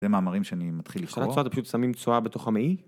זה מאמרים שאני מתחיל לקרוא. השתלת צואה זה פשוט שמים צואה בתוך המעי?